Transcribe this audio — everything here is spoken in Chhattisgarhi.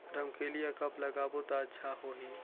रमकेलिया कब लगाबो ता अच्छा होही?